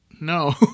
No